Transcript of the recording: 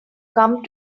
come